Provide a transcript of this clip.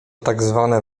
tzw